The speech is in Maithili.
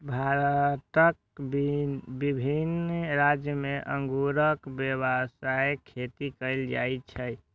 भारतक विभिन्न राज्य मे अंगूरक व्यावसायिक खेती कैल जाइ छै